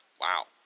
Wow